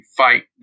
fight